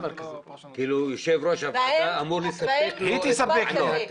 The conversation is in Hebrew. היא תספק לו.